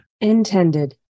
Intended